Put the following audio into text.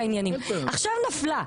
עכשיו היא נפלה,